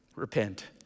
repent